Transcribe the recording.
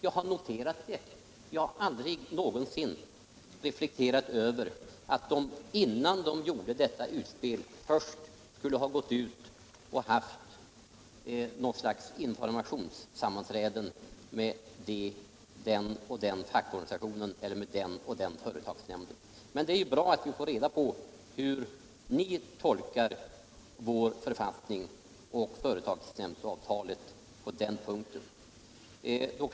Jag har noterat detta men aldrig någonsin reflekterat över om regeringen, innan den gjorde sådana utspel, hade gått ut och haft något slags informationssammanträde med den eller den fackorganisationen eller företagsnämnden. Men det är bra att vi nu har fått reda på hur ni tolkar författningen och företagsnämndsavtalet på den punkten.